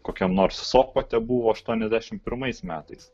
kokiam nors sopote buvo aštuoniasdešimt pirmais metais